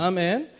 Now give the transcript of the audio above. Amen